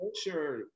sure